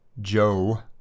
Joe